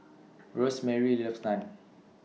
Rosemary loves Naan